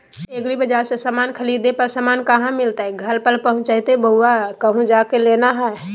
एग्रीबाजार से समान खरीदे पर समान कहा मिलतैय घर पर पहुँचतई बोया कहु जा के लेना है?